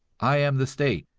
i am the state.